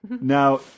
Now